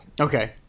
Okay